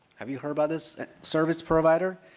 have you heard about this service provider?